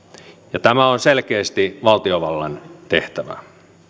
ja tämä on selkeästi valtiovallan tehtävä